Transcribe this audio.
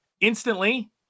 instantly